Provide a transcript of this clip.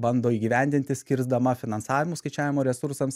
bando įgyvendinti skirsdama finansavimų skaičiavimo resursams